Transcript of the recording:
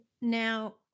now